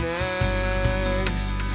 next